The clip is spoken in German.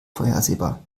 vorhersehbar